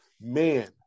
man